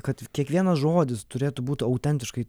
kad kiekvienas žodis turėtų būt autentiškai